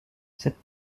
cette